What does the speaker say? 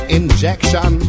injection